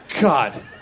God